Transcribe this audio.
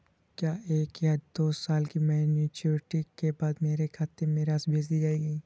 क्या एक या दो साल की मैच्योरिटी के बाद मेरे खाते में राशि भेज दी जाएगी?